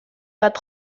bat